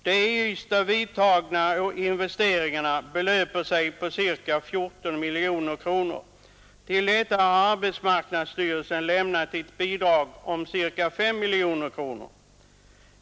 De i Ystad vidtagna investeringarna belöper sig till ca 24 miljoner kronor. Till detta har arbetsmarknadsstyrelsen lämnat bidrag med ca 5 miljoner kronor.